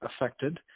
affected